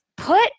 put